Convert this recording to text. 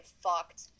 fucked